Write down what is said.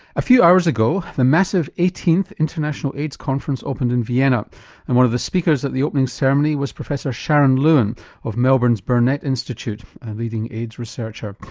a few hours ago the massive eighteenth international aids conference opened in vienna and one of the speakers at the opening ceremony was professor sharon lewin of melbourne's burnet institute, a leading aids researcher.